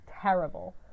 terrible